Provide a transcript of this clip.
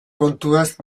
kontuaz